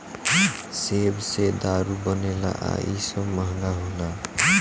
सेब से दारू बनेला आ इ सब महंगा होला